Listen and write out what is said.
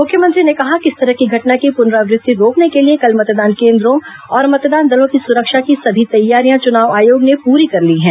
मुख्यमंत्री ने कहा कि इस तरह की घटना की पुनरावृत्ति रोकने के लिए कल मतदान केन्द्रों और मतदान दलों की सुरक्षा की सभी तैयारियां चुनाव आयोग ने पूरी कर ली हैं